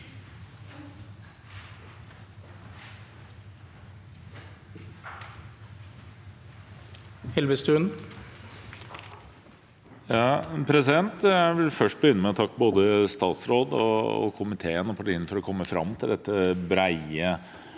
Jeg vil begynne med å takke både statsråden, komiteen og partiene for at de har kommet fram til dette brede